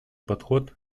подход